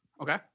Okay